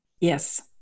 Yes